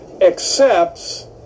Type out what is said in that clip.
accepts